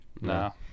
No